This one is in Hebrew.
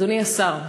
אדוני השר,